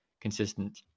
consistent